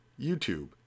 YouTube